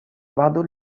vado